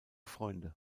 freunde